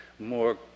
more